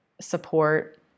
support